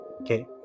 okay